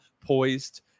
poised